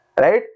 right